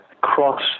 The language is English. cross